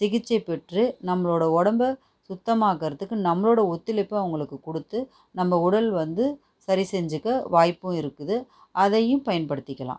சிகிச்சை பெற்று நம்மளோட உடம்ப சுத்தமாக்குறதுக்கு நம்மளோட ஒத்துழைப்பு அவங்களுக்கு கொடுத்து நம்ம உடல் வந்து சரி செஞ்சிக்க வாய்ப்பும் இருக்குது அதையும் பயன்படுத்திக்கலாம்